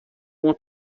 uma